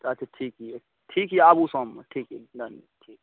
अच्छा ठीक अइ ठीक अइ आबू शाममे ठीक अइ ठीक अइ